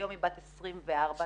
היום היא בת 24 עם